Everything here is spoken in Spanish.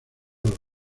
los